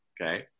okay